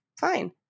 fine